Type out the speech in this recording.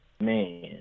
man